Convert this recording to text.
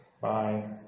bye